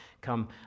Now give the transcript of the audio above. come